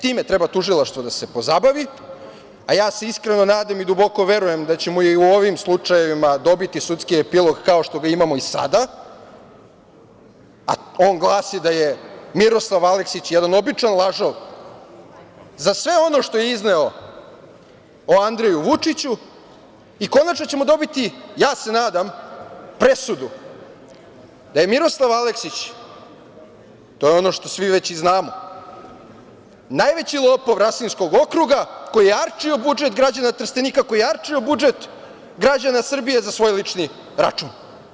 Time treba Tužilaštvo da se pozabavi, a se iskreno nadam i duboko verujem da ćemo i u ovim slučajevima dobiti sudski epilog, kao što ga imamo i sada, a on glasi da je Miroslav Aleksić jedan običan lažov za sve ono što je izneo o Andreju Vučiću i konačno ćemo dobiti, ja se nadam, presudu da je Miroslav Aleksić, to je ono što svi već znamo, najveći lopov Rasinskog okruga koji je arčio budžet građana Trstenika, koji je arčio budžet građana Srbije sa svoj lični račun.